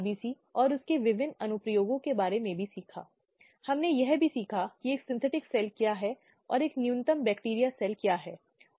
तो इस तरह से इन विभिन्न कानूनों ने महिलाओं के खिलाफ हिंसा के मुद्दे को संबोधित करने की कोशिश की है